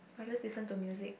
I just listen to music